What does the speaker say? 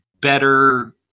better